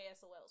SOLs